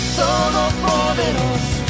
todopoderoso